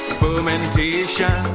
fermentation